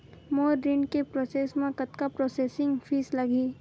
मोर ऋण के प्रोसेस म कतका प्रोसेसिंग फीस लगही?